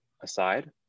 aside